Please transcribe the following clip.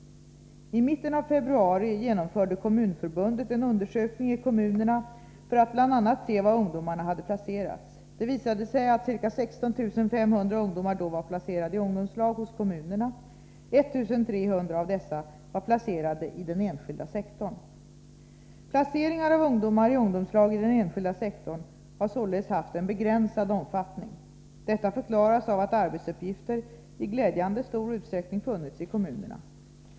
I mitten av februari genomförde Kommunförbundet en undersökning i kommunerna för att bl.a. se var ungdomarna hade placerats. Det visade sig att ca 16 500 ungdomar då var placerade i ungdomslag hos kommunerna. 1 300 av dessa var placerade i den enskilda sektorn. Placeringar av ungdomar i ungdomslag i den enskilda sektorn har således haft en begränsad omfattning. Detta förklaras av att arbetsuppgifter i glädjande stor utsträckning funnits i kommunerna.